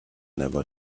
never